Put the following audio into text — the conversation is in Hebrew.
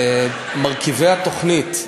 מרכיבי התוכנית,